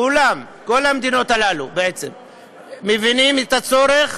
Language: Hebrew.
כולם, כל המדינות האלה מבינות את הצורך,